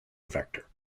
vector